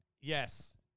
Yes